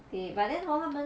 they but then hor 他们